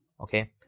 Okay